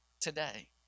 today